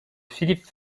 philippe